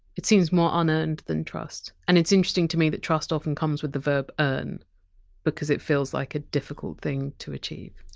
it seems more unearned than trust. and it's interesting to me that trust often comes with the verb earn because it feels like a difficult thing to achieve.